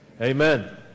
Amen